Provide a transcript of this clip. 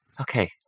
Okay